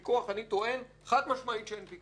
אני טוען חד-משמעית שאין פיקוח.